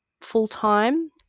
full-time